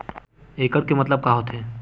एकड़ के मतलब का होथे?